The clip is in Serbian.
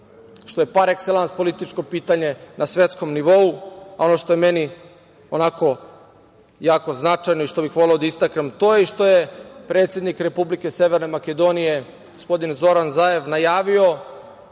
što je par ekselans političko pitanje na svetskom nivou. Ono što je meni onako jako značajno i što bih mogao da istaknem, to je što je predsednik Republike Severne Makedonije gospodin Zoran Zajev najavio